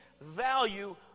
value